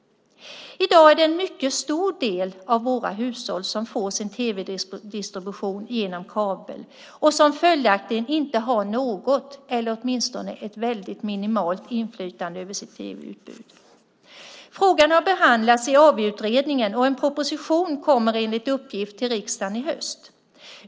I dag är det en mycket stor del av våra hushåll som får sin tv-distribution genom kabel och som följaktligen inte har något eller åtminstone ett väldigt minimalt inflytande över sitt tv-utbud. Frågan har behandlats i AV-utredningen, och en proposition kommer enligt uppgift till riksdagen i höst.